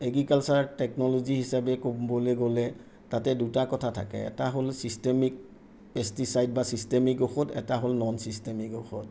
agriculture technology হিচাপে ক'বলৈ গ'লে তাতে দুটা কথা থাকে এটা হ'ল চিষ্টেমিক পেষ্টিচাইট বা চিষ্টেমিক ঔষধ এটা হ'ল ননচিষ্টেমিক ঔষধ